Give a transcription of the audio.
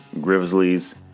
Grizzlies